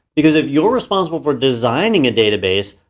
because if you're responsible for designing a database,